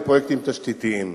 לפרויקטים תשתיתיים.